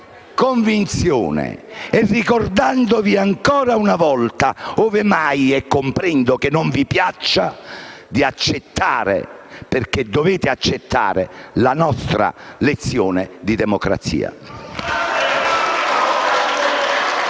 Governo, invitandovi ancora una volta, ove mai - e lo comprendo - non vi piaccia, ad accettare, perché dovete accettarla, la nostra lezione di democrazia.